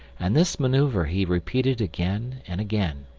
and this maneuver he repeated again and again.